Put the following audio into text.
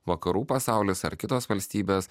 vakarų pasaulis ar kitos valstybės